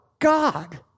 God